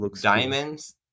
diamonds